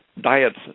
diets